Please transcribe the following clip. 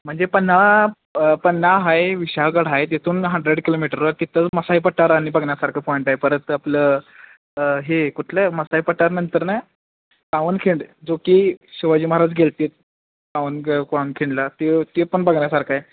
म्हणजे पन्हाळा पन्हाळा आहे विशाळगड आहे तिथून हंड्रेड किलोमीटरवर तिथं मसाई पठार आणि बघण्यासारखं पॉईंट आहे परत आपलं हे कुठलं मसाई पठार नंतर ना पावनखिंड जो की शिवाजी महाराज गेले होते पावन ग पावनखिंडीला ते ते पण बघण्यासारखं आहे